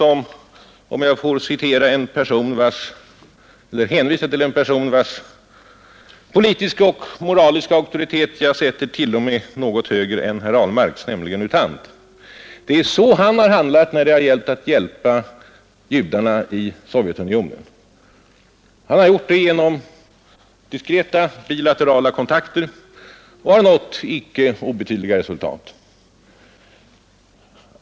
Om jag får hänvisa till en person, vilkens politiska och moraliska auktoritet jag sätter t.o.m. något högre än herr Ahlmarks, nämligen U Thant, kan det vara av intresse att veta att det är så U Thant har handlat när det gällt att hjälpa judarna i Sovjetunionen. Han har gjort det genom diskreta bilaterala kontakter och har den vägen nått icke obetydliga resultat.